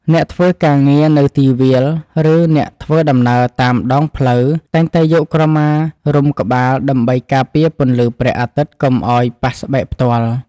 អ្នកធ្វើការងារនៅទីវាលឬអ្នកធ្វើដំណើរតាមដងផ្លូវតែងតែយកក្រមារុំក្បាលដើម្បីការពារពន្លឺព្រះអាទិត្យកុំឱ្យប៉ះស្បែកផ្ទាល់។